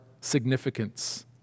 significance